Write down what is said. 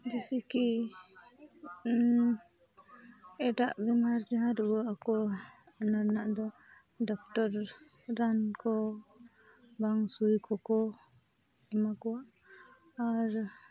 ᱡᱮᱭᱥᱮ ᱠᱤ ᱮᱴᱟᱜ ᱵᱮᱢᱟᱨ ᱡᱟᱦᱟᱸ ᱨᱩᱣᱟᱹᱜᱼᱟᱠᱚ ᱚᱱᱟ ᱨᱮᱱᱟᱜ ᱫᱚ ᱰᱟᱠᱴᱚᱨ ᱨᱟᱱ ᱠᱚ ᱵᱟᱝ ᱥᱩᱭ ᱠᱚᱠᱚ ᱮᱢᱟ ᱠᱚᱣᱟ ᱟᱨ